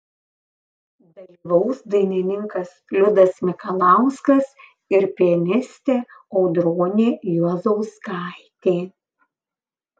dalyvaus dainininkas liudas mikalauskas ir pianistė audronė juozauskaitė